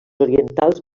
orientals